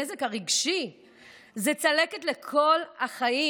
הנזק הרגשי זה צלקת לכל החיים,